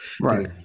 right